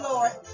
Lord